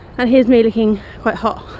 and here's me, looking quite hot!